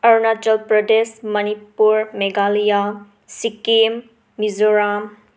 Arunachal Pradesh Manipur Meghalaya Sikkim Mizoram